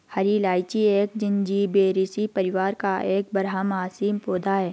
हरी इलायची एक जिंजीबेरेसी परिवार का एक बारहमासी पौधा है